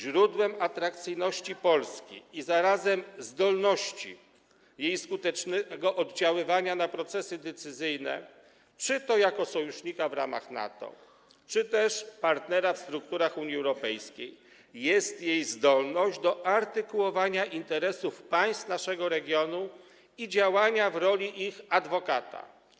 Źródłem atrakcyjności Polski i zarazem zdolności jej skutecznego oddziaływania na procesy decyzyjne, czy to jako sojusznika w ramach NATO, czy też partnera w strukturach Unii Europejskiej, jest jej zdolność do artykułowania interesów państw naszego regionu i działania w roli ich adwokata.